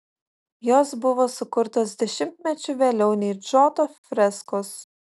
jos buvo sukurtos dešimtmečiu vėliau nei džoto freskos